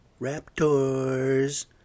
Raptors